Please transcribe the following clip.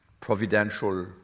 providential